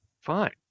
fine